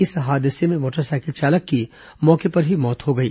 इस हादसे में मोटरसाइकिल चालक की मौके पर ही मौत हो गई